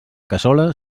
cassola